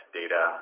data